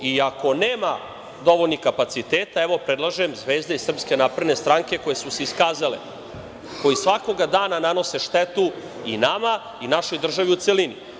Ako nema dovoljnih kapaciteta, evo, predlažem zvezde iz SNS koje su se iskazale, koji svakoga dana nanose štetu i nama i našoj državi u celini.